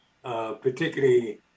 Particularly